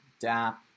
DAP